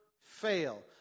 fail